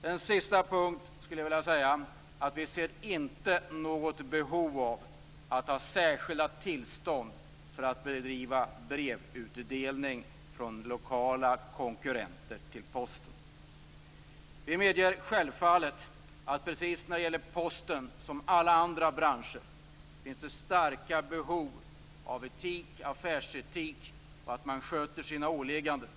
Som sista punkt skulle jag vilja säga att vi inte ser något behov av att ha särskilda tillstånd för att bedriva brevutdelning från lokala konkurrenter till Posten AB. Vi medger självfallet att det inom postbranschen precis som inom andra branscher finns starka behov av etik, affärsetik och av att man sköter sina åligganden.